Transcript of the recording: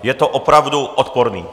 Je to opravdu odporné.